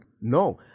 no